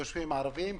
בישובים הערביים.